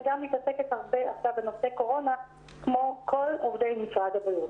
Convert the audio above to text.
וגם מתעסקת עכשיו הרבה בנושא קורונה כמו כל עובדי משרד הבריאות.